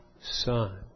Son